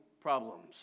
problems